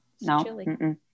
no